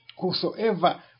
Whosoever